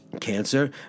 cancer